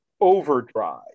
Overdrive